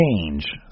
change